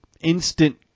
instant